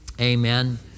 Amen